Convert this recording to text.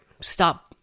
Stop